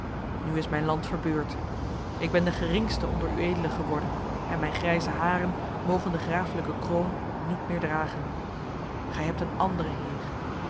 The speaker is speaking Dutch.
nu is mijn land verbeurd ik ben de geringste onder ued geworden en mijn grijze haren mogen de graaflijke kroon niet meer dragen gij hebt een andere heer